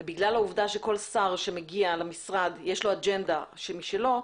כל שר שמגיע למשרד יש לו אג'נדה משלו.